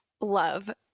love